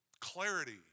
clarity